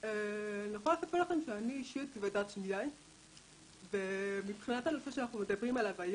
ואני יכול לספר מעבר לחוויה האישית שלי שבעצם בקהילה הטיפולית שבה אני